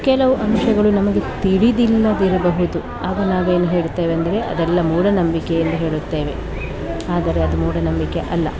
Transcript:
ಕೆಲವು ಅಂಶಗಳು ನಮಗೆ ತಿಳಿದಿಲ್ಲದಿರಬಹುದು ಆಗ ನಾವೇನು ಹೇಳುತ್ತೇವೆ ಅಂದರೆ ಅದೆಲ್ಲ ಮೂಢನಂಬಿಕೆ ಎಂದು ಹೇಳುತ್ತೇವೆ ಆದರೆ ಅದು ಮೂಢನಂಬಿಕೆ ಅಲ್ಲ